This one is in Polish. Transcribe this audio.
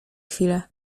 chwilę